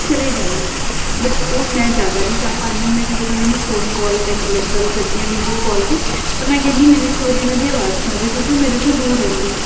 ਚਲੇ ਜਾਂਦੀ ਹਾਂ ਬਟ ਉਹ ਮੈਂ ਜ਼ਿਆਦਾ ਨਹੀਂ ਜਾ ਪਾਉਂਦੀ ਮੈਂ ਕਈ ਵਾਰ ਉਹਨਾਂ ਨੂੰ ਫੋਨ ਕਾਲ 'ਤੇ ਮਤਲਬ ਗੱਲ ਕਰਦੀ ਆ ਵੀਡੀਓ ਕਾਲ 'ਤੇ ਤਾਂ ਮੈਂ ਕਹਿੰਦੀ ਮੈਨੂੰ ਇੱਕ ਵਾਰ ਇਹਨਾਂ ਦੀ ਆਵਾਜ਼ ਸੁਣਾ ਦਿਓ ਕਿਉਂਕਿ ਉਹ ਮੇਰੇ ਤੋਂ ਦੂਰ ਰਹਿੰਦੇ ਨੇ